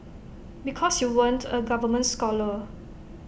because you weren't A government scholar